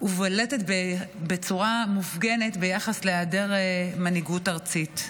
ובולטת בצורה מופגנת ביחס להיעדר מנהיגות ארצית.